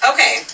Okay